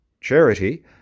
charity—